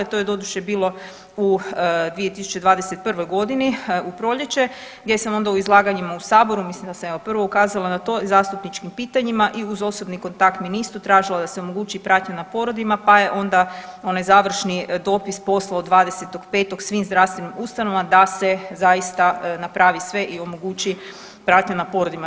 To je doduše bilo u 2021.g. u proljeće gdje sam onda u izlaganjima u saboru, mislim da sam evo prvo ukazala na to zastupničkim pitanjima i uz osobni kontakt ministru tražila da se omogući pratnja na porodima, pa je onda onaj završni dopis poslao 20.5. svim zdravstvenim ustanovama da se zaista napravi sve i omogući pratnja na porodima.